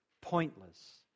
pointless